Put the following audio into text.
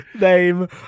name